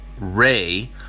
ray